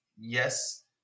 yes